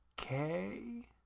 okay